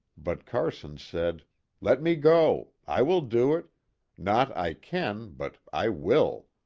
but carson said let me go. i will do it not i can, but i will.